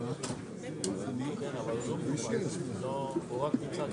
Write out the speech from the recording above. מבקשת מן המשרד למצוא פתרון לנושא ותק הנהגים וכן לנושא העלאת השכר.